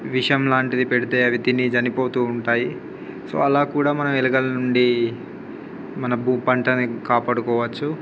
విషం లాంటిది పెడితే అది తిని చనిపోతూ ఉంటాయి సో అలా కూడా మనం ఎలుకల నుండి మన భూ పంటని కాపాడుకోవచ్చు